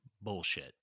Bullshit